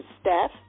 Steph